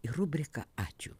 ir rubrika ačiū